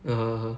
ya !huh!